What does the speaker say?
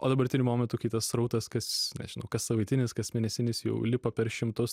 o dabartiniu momentu kitas srautas kas nežinau kassavaitinis kasmėnesinis jau lipa per šimtus